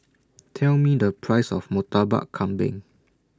Tell Me The Price of Murtabak Kambing